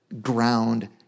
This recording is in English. ground